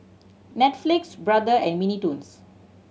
Netflix Brother and Mini Toons